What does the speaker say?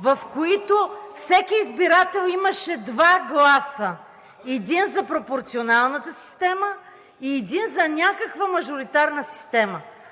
в които всеки избирател имаше два гласа – един за пропорционалната система и един за някаква мажоритарна система.